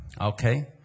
okay